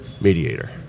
mediator